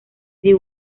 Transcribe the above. this